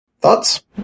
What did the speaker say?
Thoughts